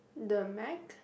the Meg